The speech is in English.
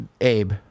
Abe